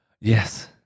Yes